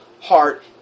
heart